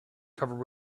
covered